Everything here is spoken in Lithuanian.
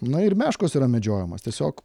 na ir meškos yra medžiojamos tiesiog